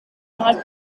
not